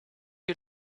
you